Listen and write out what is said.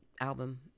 album